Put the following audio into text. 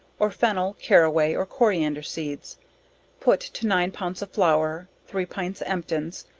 or fennel, carroway or coriander seeds put to nine pounds of flour, three pints emptins,